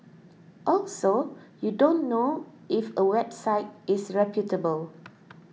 also you don't know if a website is reputable